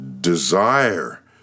desire